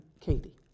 Katie